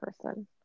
person